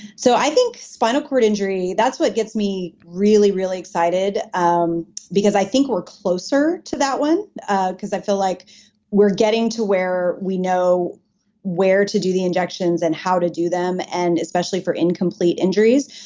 so i think spinal cord injury, that's what gets me really, really excited um because i think we're closer to that one ah because i feel like we're getting to where we know where to do the injections and how to do them, and especially for incomplete injuries.